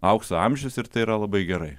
aukso amžius ir tai yra labai gerai